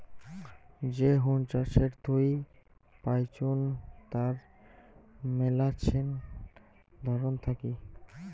যে হুন চাষের থুই পাইচুঙ তার মেলাছেন ধরন থাকি